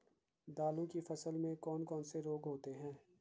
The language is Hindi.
दालों की फसल में कौन कौन से रोग होते हैं?